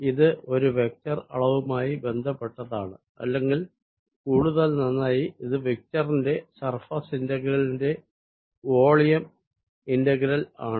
ഇത് ഒരു വെക്റ്റർ അളവുമായി ബന്ധപ്പെട്ടതാണ് അല്ലെങ്കിൽ കൂടുതൽ നന്നായി ഇത് വെക്റ്റർ ന്റെ സർഫസ് ഇന്റഗ്രലിന്റെ വോളിയം ഇൻറഗ്രൽ ആണ്